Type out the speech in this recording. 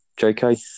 JK